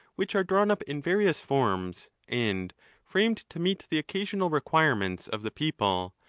which are drawn up in various forms, and framed to meet the occasional requirements of the people,